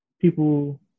people